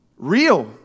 real